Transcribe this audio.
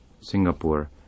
Singapore